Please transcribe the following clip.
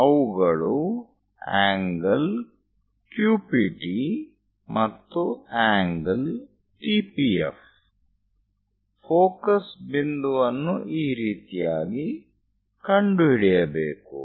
ಅವುಗಳು ∠QPT ಮತ್ತು ∠TPF focus ಬಿಂದುವನ್ನು ಈ ರೀತಿಯಾಗಿ ಕಂಡುಹಿಡಿಯಬೇಕು